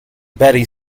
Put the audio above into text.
betty